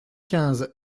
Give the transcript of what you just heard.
quinze